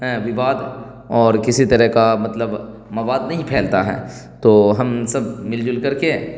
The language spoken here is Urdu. وواد اور کسی طرح کا مطلب مواد نہیں پھیلتا ہے تو ہم سب مل جل کر کے